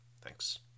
Thanks